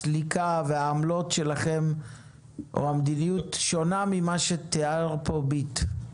הסליקה והעמלות שלכם או המדיניות שונה ממה שתיאר פה "ביט"?